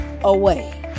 away